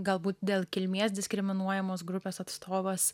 galbūt dėl kilmės diskriminuojamos grupės atstovas